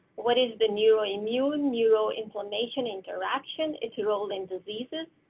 what is the new immune neuro-inflammation interaction its role in diseases.